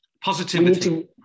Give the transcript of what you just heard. Positivity